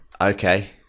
okay